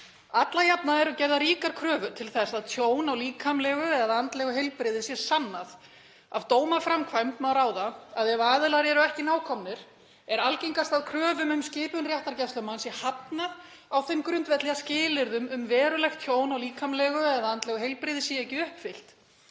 Alla jafna eru gerðar ríkar kröfur til þess að tjón á líkamlegu eða andlegu heilbrigði sé sannað. Af dómaframkvæmd má ráða að ef aðilar eru ekki nákomnir er algengast að kröfu um skipun réttargæslumanns sé hafnað á þeim grundvelli að skilyrðum um verulegt tjón á líkamlegu eða andlegu heilbrigði séu ekki uppfyllt.